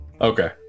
Okay